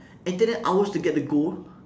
and it take them hours to get the goal